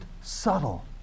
subtle